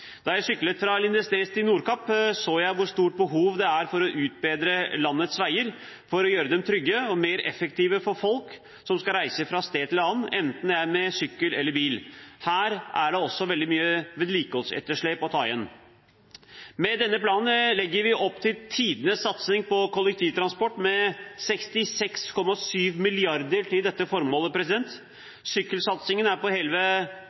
Da jeg syklet fra Lindesnes til Nordkapp, så jeg hvor stort behov det er for å utbedre landets veier for å gjøre dem trygge og mer effektive for folk som skal reise fra et sted til et annet – enten det er med sykkel eller bil. Her er det også veldig mye vedlikeholdsetterslep å ta igjen. Med denne planen legger vi opp til tidenes satsing på kollektivtransport, med 66,7 mrd. kr til dette formålet. Sykkelsatsingen er på